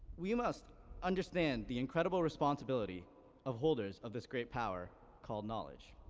we must understand the incredible responsibility of holders of this great power called knowledge.